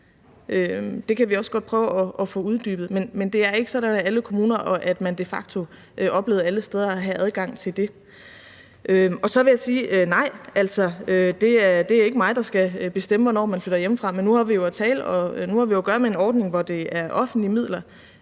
Det kan vi også godt prøve at få uddybet. Men det er ikke sådan, at man de facto oplevede alle steder at have adgang til det. Så vil jeg sige: Nej, det er ikke mig, der skal bestemme, hvornår man flytter hjemmefra. Men nu har vi jo at gøre med en ordning, hvor det er offentlige midler,